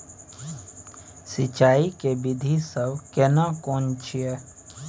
सिंचाई के विधी सब केना कोन छिये?